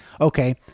okay